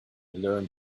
learned